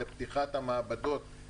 וזה אחרי שהוא עבר בוועדת הקורונה לגאורגיה.